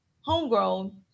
homegrown